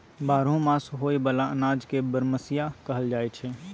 बारहो मास होए बला अनाज के बरमसिया कहल जाई छै